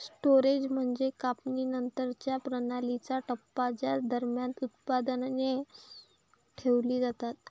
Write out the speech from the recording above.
storage म्हणजे काढणीनंतरच्या प्रणालीचा टप्पा ज्या दरम्यान उत्पादने ठेवली जातात